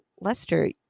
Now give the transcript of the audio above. Lester